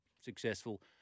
successful